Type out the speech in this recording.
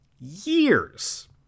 years